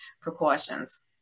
precautions